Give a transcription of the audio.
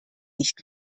nicht